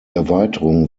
erweiterung